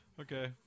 Okay